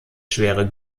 schwere